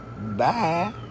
Bye